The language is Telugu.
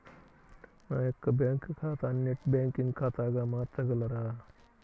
నా యొక్క బ్యాంకు ఖాతాని నెట్ బ్యాంకింగ్ ఖాతాగా మార్చగలరా?